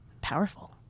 Powerful